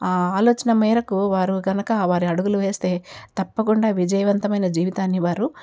ఆ ఆలోచన మేరకు వారు కనుక వారి అడుగులు వేస్తే తప్పకుండా విజయవంతమైన జీవితాన్ని వారు